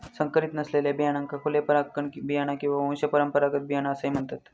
संकरीत नसलेल्या बियाण्यांका खुले परागकण बियाणा किंवा वंशपरंपरागत बियाणा असाही म्हणतत